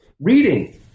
reading